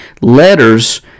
letters